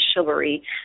chivalry